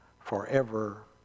forever